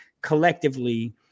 collectively